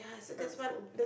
primary school